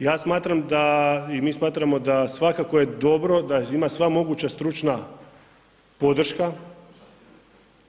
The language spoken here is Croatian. Ja smatram da, i mi smatramo da svakako je dobro da ima sva moguća stručna podrška